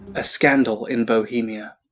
a scandal in bohemia.